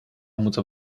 moeten